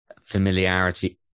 familiarity